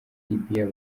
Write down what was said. libya